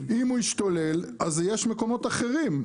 אם הוא ישתולל אז יש מקומות אחרים.